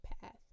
path